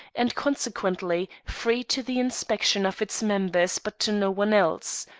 and, consequently, free to the inspection of its members but to no one else.